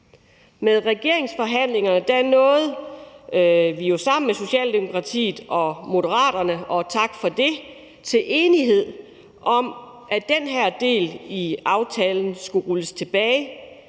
Med regeringsforhandlingerne nåede vi jo sammen med Socialdemokratiet og Moderaterne – og tak for det – til enighed om, at den her del i aftalen skulle rulles tilbage,